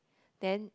then